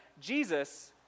Jesus